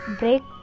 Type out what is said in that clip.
break